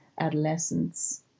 adolescents